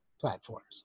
platforms